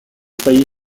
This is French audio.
failli